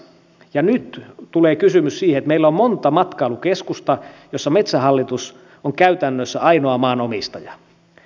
nyt tulee kysymys siitä että meillä on monta matkailukeskusta joissa metsähallitus on käytännössä ainoa maanomistaja